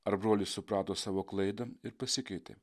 ar brolis suprato savo klaidą ir pasikeitė